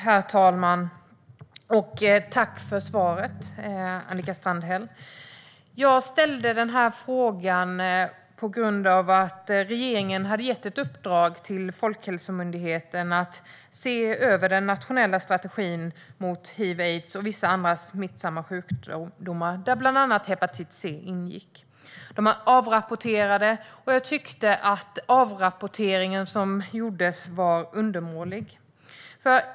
Herr talman! Tack för svaret, Annika Strandhäll! Jag ställde interpellationen på grund av att regeringen hade gett ett uppdrag till Folkhälsomyndigheten att se över den nationella strategin mot hiv/aids och vissa andra smittsamma sjukdomar, där bland annat hepatit C ingick. Uppdraget avrapporterades, och jag tyckte att den avrapportering som gjordes var undermålig.